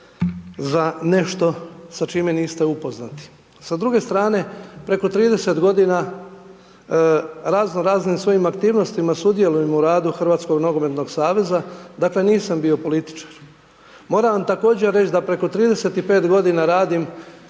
za nešto sa čime niste upoznati. Sa druge strane preko 30 g. razno raznim svojim aktivnostima sudjelujem u radu Hrvatskog nogometnog saveza, dakle, nisam bio politički. Moram vam također reći, da preko 35 g. radim